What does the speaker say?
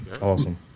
Awesome